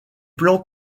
plan